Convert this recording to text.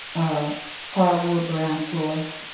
a hardwood brown floor,